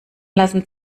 lassen